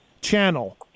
channel